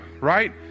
Right